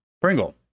pringle